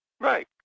Right